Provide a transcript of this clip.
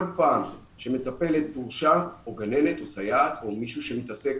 כל פעם שמטפלת תורשע או גננת או סייעת או מישהו שמתעסק